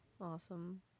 Awesome